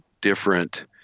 different